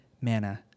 manna